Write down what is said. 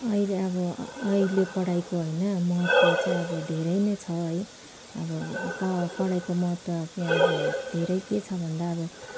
अहिले अब अहिले पढाइको होइन महत्त्व चाहिँ धेरै नै छ है अब पढाइको महत्त्व त धेरै के छ भन्दा अब